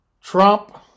Trump